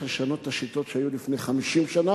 לשנות את השיטות שהיו לפני 50 שנה.